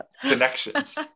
connections